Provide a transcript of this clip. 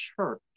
church